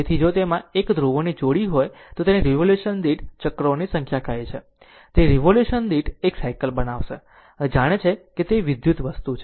તેથી જો તેમાં 1 ધ્રુવોની જોડી હોય તો તે તેને રીવોલ્યુશન દીઠ ચક્રોની સંખ્યા કહે છે તે રીવોલ્યુશન દીઠ 1 સાયકલ બનાવશે તે જ તે જાણે છે કે તે વિદ્યુત વસ્તુ છે